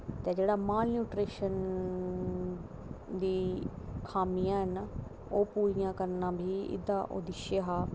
ते जेह्ड़ा दी खामियां ऐ ना ओह् पूरियां करना बी उद्देश्य हा